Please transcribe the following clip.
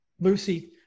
Lucy